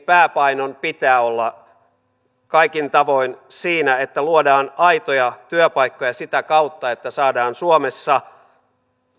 pääpainon pitää olla kaikin tavoin siinä että luodaan aitoja työpaikkoja ja sitä kautta että saadaan suomessa